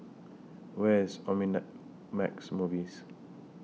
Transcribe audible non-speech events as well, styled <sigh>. Where IS <unintelligible> Max Movies